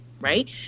Right